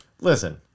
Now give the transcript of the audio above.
Listen